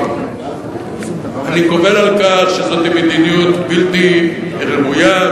אני קובל על כך שזו מדיניות בלתי ראויה,